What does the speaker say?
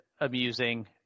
amusing